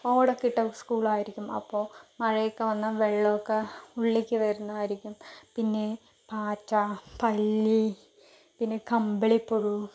ഓടൊക്കെ ഇട്ട സ്കൂൾ ആയിരിക്കും അപ്പോൾ മഴയൊക്കെ വന്നാൽ വെള്ളമൊക്കെ ഉള്ളിലേക്ക് വരുന്നതായിരിക്കും പിന്നെ പാറ്റ പല്ലി പിന്നെ കമ്പിളിപ്പുഴു